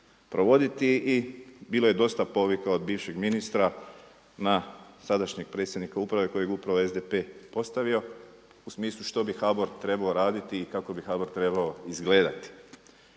provoditi i bilo je dosta povika od bivšeg ministra na sadašnjeg predsjednika uprave kojeg je upravo SDP postavio u smislu što bi HBOR trebao raditi i kako bi HBOR trebao izgledati.